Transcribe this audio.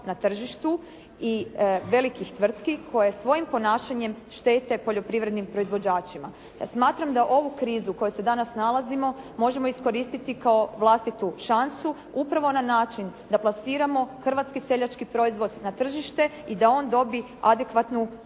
na tržištu i velikih tvrtki koje svojim ponašanjem štete poljoprivrednim proizvođačima. Ja smatram da ovu krizu u kojoj se danas nalazimo, možemo iskoristiti kao vlastitu šansu upravo na način da plasiramo hrvatski seljački proizvod na tržište i da on dobi adekvatnu